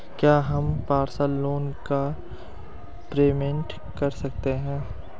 क्या हम personal loan का प्रीपेमेंट कर सकते हैं?